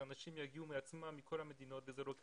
אנשים יגיעו מעצמם מכל המדינות אבל זה לא כך.